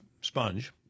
sponge